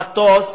מטוס,